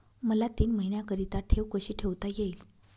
मला तीन महिन्याकरिता ठेव कशी ठेवता येईल?